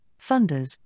funders